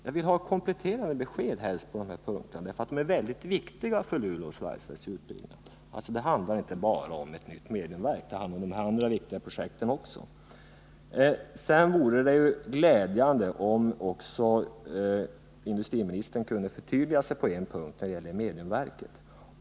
Jag vill ha kompletterande besked på den här punkten, därför att det är så viktigt för Luleås valsverksutbyggnad. Det handlar inte bara om ett nytt mediumverk, det handlar också om de här andra viktiga projekten. Det vore också glädjande om industriministern kunde förtydliga sig på punkten om mediumverket.